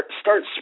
start